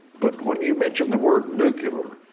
but when you mention the word nuclear,